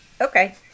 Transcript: Okay